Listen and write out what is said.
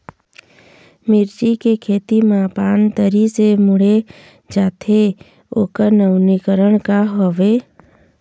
मिर्ची के खेती मा पान तरी से मुड़े जाथे ओकर नवीनीकरण का हवे?